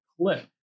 clip